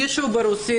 דווקא מישהו רוסי